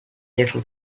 little